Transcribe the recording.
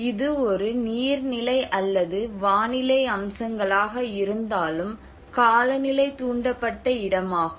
இது ஒரு நீர்நிலை அல்லது வானிலை அம்சங்களாக இருந்தாலும் காலநிலை தூண்டப்பட்ட இடமாகும்